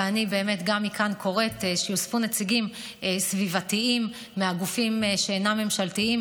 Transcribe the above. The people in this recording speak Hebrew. ואני גם מכאן קוראת שיוספו נציגים סביבתיים מהגופים שאינם ממשלתיים.